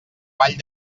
vall